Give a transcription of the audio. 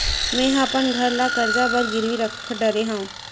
मेहा अपन घर ला कर्जा बर गिरवी रख डरे हव